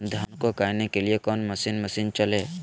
धन को कायने के लिए कौन मसीन मशीन चले?